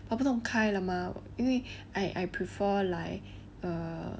but 不懂开了吗因为 I I prefer like err